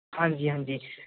ਹਾਂਜੀ ਹਾਂਜੀ